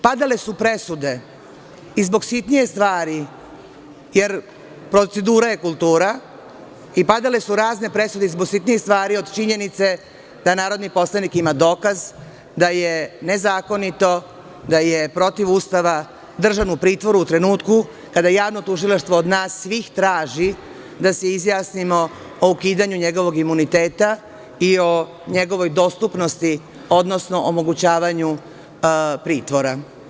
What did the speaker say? Padale su presude i zbog sitnijih stvari, jer procedura je kultura, i padale su razne presude i zbog sitnijih stvari, od činjenice da narodni poslanik ima dokaz da je nezakonito, da je protiv Ustava držan u pritvoru u trenutku kada Javno tužilaštvo od nas svih traži da se izjasnimo o ukidanju njegovog imuniteta i o njegovoj dostupnosti, odnosno omogućavanju pritvora.